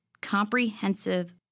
comprehensive